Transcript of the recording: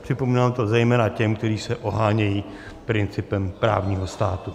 Připomínám to zejména těm, kteří se ohánějí principem právního státu.